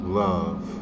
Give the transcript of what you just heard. love